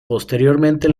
posteriormente